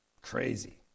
crazy